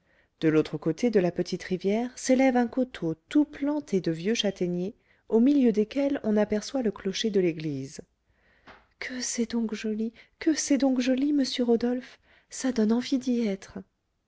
de l'autre côté de la petite rivière s'élève un coteau tout planté de vieux châtaigniers au milieu desquels on aperçoit le clocher de l'église que c'est donc joli que c'est donc joli monsieur rodolphe ça donne envie d'y être